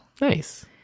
Nice